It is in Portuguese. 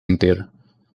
inteiro